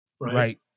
Right